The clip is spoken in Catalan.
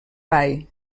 bay